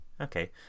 Okay